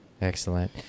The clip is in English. Excellent